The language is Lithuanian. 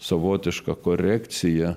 savotiška korekcija